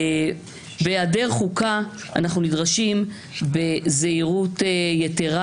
בהיעדר חוקה אנחנו נדרשים בזהירות יתרה